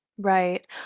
right